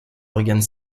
organes